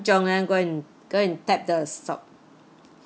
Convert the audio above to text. chiong and go and go and tap the stop